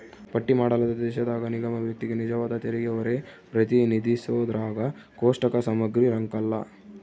ಪಟ್ಟಿ ಮಾಡಲಾದ ದೇಶದಾಗ ನಿಗಮ ವ್ಯಕ್ತಿಗೆ ನಿಜವಾದ ತೆರಿಗೆಹೊರೆ ಪ್ರತಿನಿಧಿಸೋದ್ರಾಗ ಕೋಷ್ಟಕ ಸಮಗ್ರಿರಂಕಲ್ಲ